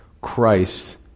christ